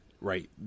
Right